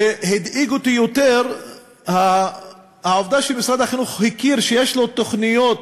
והדאיגה אותי יותר העובדה שמשרד החינוך הכיר ויש לו תוכניות